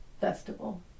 festival